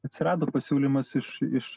atsirado pasiūlymas iš iš